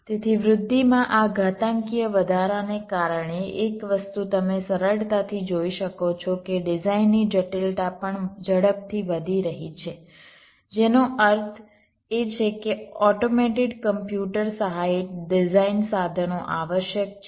તેથી વૃદ્ધિમાં આ ઘાતાંકીય વધારાને કારણે એક વસ્તુ તમે સરળતાથી જોઈ શકો છો કે ડિઝાઇનની જટિલતા પણ ઝડપથી વધી રહી છે જેનો અર્થ એ છે કે ઓટોમેટેડ કોમ્પ્યુટર સહાયિત ડિઝાઇન સાધનો આવશ્યક છે